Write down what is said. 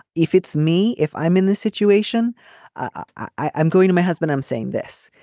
if it's me if i'm in the situation i'm going to my husband i'm saying this.